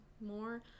more